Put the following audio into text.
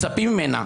מצפים ממנה,